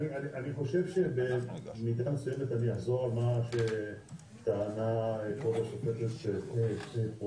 אני חושב שבמידה מסוימת אני אחזור על דברי כבוד השופטת פרוקצ'יה.